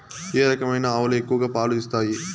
ఏ రకమైన ఆవులు ఎక్కువగా పాలు ఇస్తాయి?